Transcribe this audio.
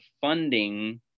funding